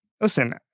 listen